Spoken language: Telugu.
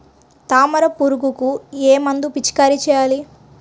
తామర పురుగుకు ఏ మందు పిచికారీ చేయాలి?